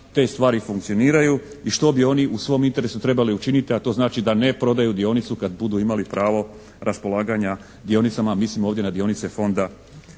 te stvari funkcioniraju? I što bi oni u svom interesu trebali učiniti a to znači da ne prodaju dionicu kad budu imali pravo raspolaganja dionicama, a mislim ovdje na dionice Fonda,